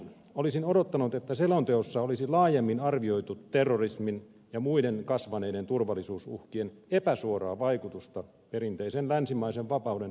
olisin odottanut että selonteossa olisi laajemmin arvioitu terrorismin ja muiden kasvaneiden turvallisuusuhkien epäsuoraa vaikutusta perinteisen länsimaisen vapauden toteutumiseen